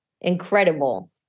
incredible